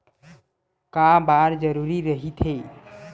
का बार जरूरी रहि थे?